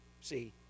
See